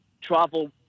travel